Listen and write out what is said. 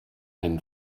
ein